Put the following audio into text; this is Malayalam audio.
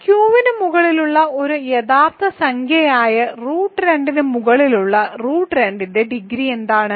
Q ന് മുകളിലുള്ള ഒരു യഥാർത്ഥ സംഖ്യയായ റൂട്ട് 2 ന് മുകളിലുള്ള റൂട്ട് 2 ന്റെ ഡിഗ്രി എന്താണ്